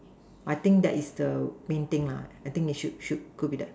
I think that is the main thing I think it should should